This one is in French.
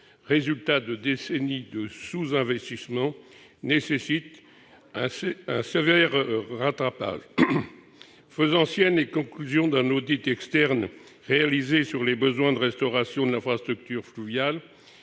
résultat de décennies de sous-investissements, nécessitait un sévère rattrapage. Faisant siennes les conclusions d'un audit externe réalisé sur les besoins de restauration de l'infrastructure fluviale,